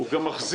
הוא גם מחזיק